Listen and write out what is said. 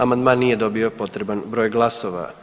Amandman nije dobio potreban broj glasova.